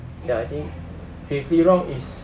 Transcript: ya I think gravely wrong is